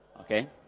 okay